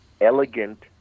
elegant